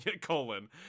colon